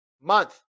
month